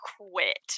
quit